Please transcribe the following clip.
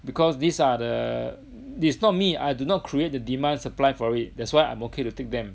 because these are the it's not me I do not create the demand supply for it that's why I'm okay to take them